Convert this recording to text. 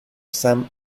sam